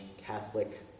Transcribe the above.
Catholic